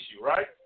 right